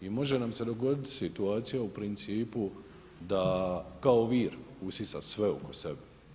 I može nam se dogodit situacija u principu da kao vir usisa sve oko sebe.